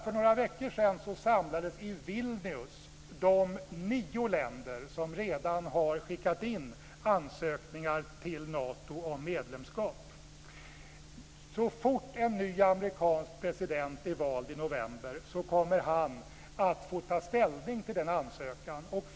För några veckor sedan samlades i Vilnius de nio länder som redan har skickat in ansökningar om Natomedlemskap. Så fort en ny amerikansk president blir vald i november kommer han att få ta ställning till dessa ansökningar.